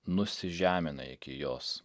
nusižemina iki jos